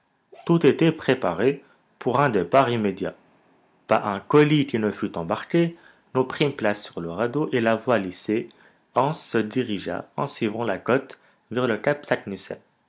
tout était préparé pour un départ immédiat pas un colis qui ne fût embarqué nous prîmes place sur le radeau et la voile hissée hans se dirigea en suivant la côte vers le cap